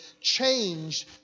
Changed